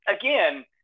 again